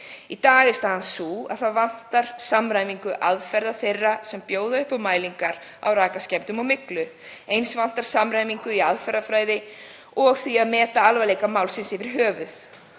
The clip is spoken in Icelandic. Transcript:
Í dag er staðan sú að það skortir samræmingu á aðferðum þeirra sem bjóða upp á mælingar á rakaskemmdum og myglu. Eins vantar samræmingu í aðferðafræði og því að meta alvarleika málsins yfir höfuð.